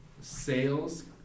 sales